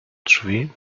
drzwi